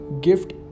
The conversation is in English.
gift